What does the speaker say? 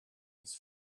his